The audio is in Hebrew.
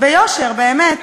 באמת,